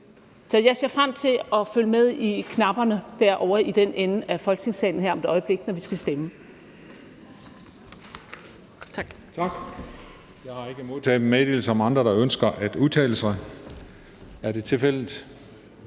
Så jeg ser frem til at følge med i, hvad man trykker på knapperne derovre i den ende af Folketingssalen, når vi om et øjeblik skal stemme.